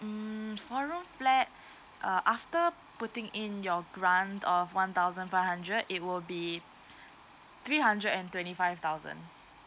mm four room flat uh after putting in your grant uh one thousand five hundred it will be three hundred and twenty five thousand